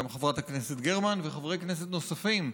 גם חברת הכנסת גרמן וחברי כנסת נוספים,